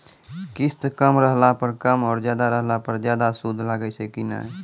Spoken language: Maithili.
किस्त कम रहला पर कम और ज्यादा रहला पर ज्यादा सूद लागै छै कि नैय?